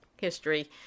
history